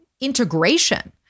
integration